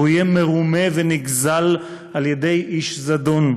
והוא יהיה מרומה ונגזל על-ידי איש זדון.